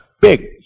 big